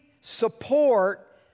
support